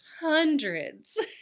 Hundreds